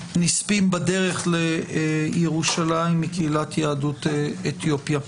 הנספים בדרך לירושלים מקהילת יהדות אתיופיה.